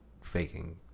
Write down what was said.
faking